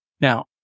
Now